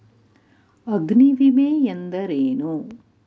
ಅಗ್ನಿವಿಮೆ ಎಂದರೇನು?